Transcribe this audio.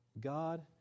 God